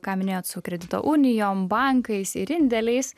ką minėjot su kredito unijom bankais ir indėliais